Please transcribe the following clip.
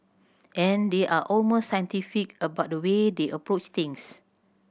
and they are almost scientific about the way they approach things